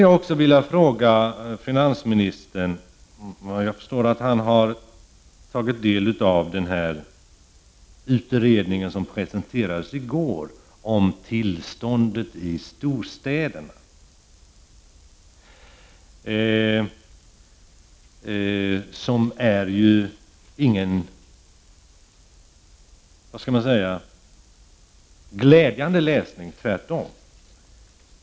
Jag förstår att finansministern har tagit del av den utredning som presenterades i går om tillståndet i storstäderna. Det är ju ingen glädjande läsning — tvärtom.